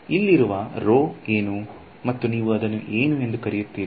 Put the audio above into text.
ಇಲ್ಲಿ ಇರುವ ರೋ ಏನು ಮತ್ತು ನೀವು ಅದನ್ನು ಏನು ಎಂದು ಕರೆಯುತ್ತೀರಿ